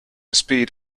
speed